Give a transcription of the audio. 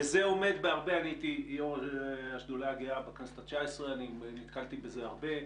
אני הייתי יו"ר השדולה הגאה בכנסת ה-19 ונתקלתי בזה הרבה.